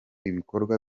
ibikorwa